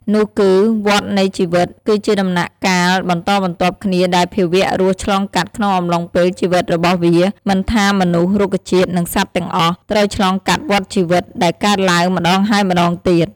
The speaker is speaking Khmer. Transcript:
នោះគឺ "វដ្តនៃជីវិត" គឺជាដំណាក់កាលបន្តបន្ទាប់គ្នាដែលភាវៈរស់ឆ្លងកាត់ក្នុងអំឡុងពេលជីវិតរបស់វា មិនថា មនុស្ស រុក្ខជាតិ និងសត្វទាំងអស់ ត្រូវឆ្លងកាត់វដ្តជីវិត ដែលកើតឡើងម្ដងហើយម្ដងទៀត ។